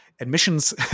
admissions